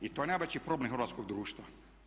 I to je najveći problem hrvatskog društva.